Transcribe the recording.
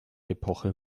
epoche